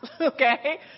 okay